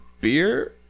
beer